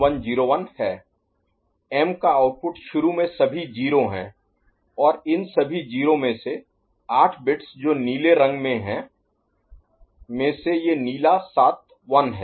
M का output शुरू में सभी 0 है और इन सभी 0 में से आठ बिट्स जो नीले रंग में हैं में से ये नीला सात 1 है